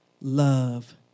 love